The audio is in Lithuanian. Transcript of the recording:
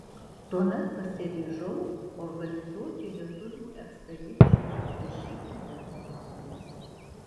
tuomet pasiryžau organizuoti lietuvių ekspediciją į šį tibeto kalną